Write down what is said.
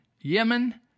Yemen